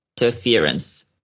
interference